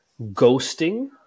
ghosting